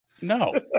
No